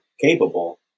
capable